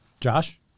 Josh